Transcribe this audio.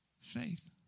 faith